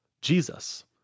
Jesus